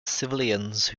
civilians